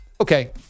Okay